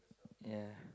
ya